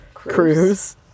Cruise